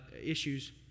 issues